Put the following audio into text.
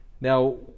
Now